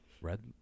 red